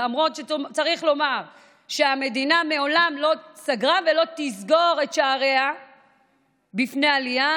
למרות שצריך לומר שהמדינה מעולם לא סגרה ולא תסגור את שעריה בפני עלייה.